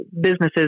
businesses